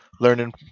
learning